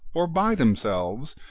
or by themselves,